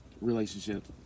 relationship